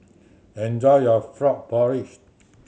enjoy your frog porridge